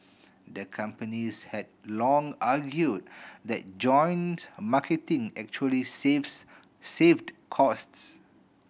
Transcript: the companies had long argued that joint marketing actually saved costs